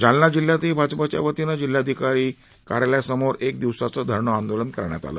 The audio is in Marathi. जालना जिल्ह्यातही भाजपच्यावतीनं जिल्हाधिकारी कार्यालयासमोर एक दिवसाचं धरणे आंदोलन करण्यात आलं